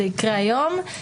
זה יקרה היום.